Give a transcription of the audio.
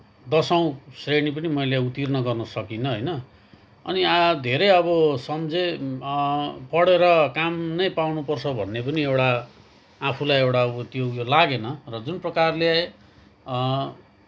दसौँ श्रेणी पनि मैले उत्तीर्ण गर्न सकिनँ होइन अनि आ धेरै अब सम्झेँ पढेर काम नै पाउनुपर्छ भन्ने पनि एउटा आफूलाई एउटा उ त्यो उयो लागेन र जुन प्रकारले